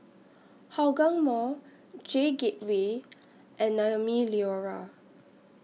Hougang Mall J Gateway and Naumi Liora